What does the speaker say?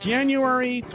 January